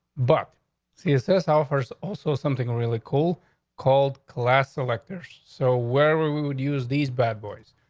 but css offers also something really cool called class electors. so where were we would use these bad boys?